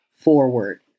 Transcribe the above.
forward